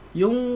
yung